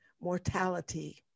mortality